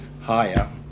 higher